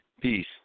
Peace